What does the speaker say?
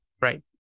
Right